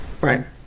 Right